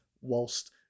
whilst